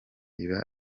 iba